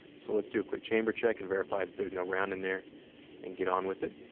so, let's do a quick chamber check and verify that there's no round in there and get on with it.